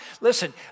listen